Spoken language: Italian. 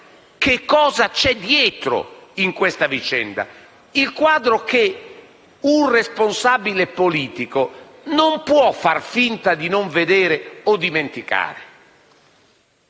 che cosa c'è dietro a questa vicenda, conosce cioè il quadro che un responsabile politico non può far finta di non vedere o dimenticare.